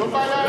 זו בעיה,